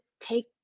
take